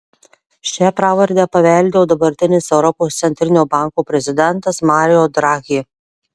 šią pravardę paveldėjo dabartinis europos centrinio banko prezidentas mario draghi